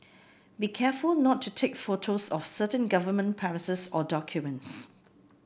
be careful not to take photos of certain government premises or documents